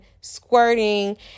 squirting